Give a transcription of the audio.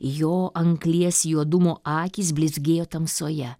jo anglies juodumo akys blizgėjo tamsoje